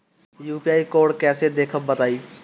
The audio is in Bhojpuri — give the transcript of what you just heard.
यू.पी.आई कोड कैसे देखब बताई?